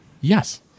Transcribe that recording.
Yes